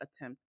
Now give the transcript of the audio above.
attempt